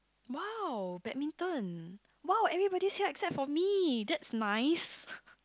!wow! badminton !wow! everybody said except for me that's nice